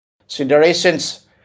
considerations